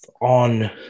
on